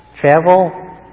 travel